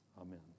Amen